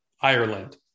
Ireland